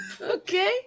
okay